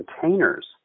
containers